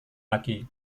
lagi